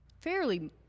fairly